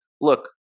Look